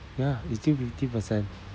ya it's still fifty percent